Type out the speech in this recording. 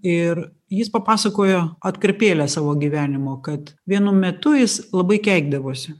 ir jis papasakojo atkarpėlę savo gyvenimo kad vienu metu jis labai keikdavosi